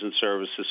services